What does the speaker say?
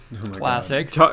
Classic